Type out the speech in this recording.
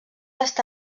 està